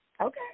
Okay